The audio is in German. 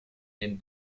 den